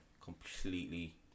completely